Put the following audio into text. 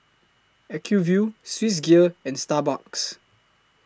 Acuvue Swissgear and Starbucks